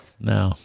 no